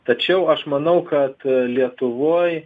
tačiau aš manau kad lietuvoj